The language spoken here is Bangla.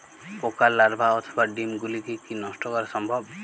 পোকার লার্ভা অথবা ডিম গুলিকে কী নষ্ট করা সম্ভব?